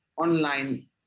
online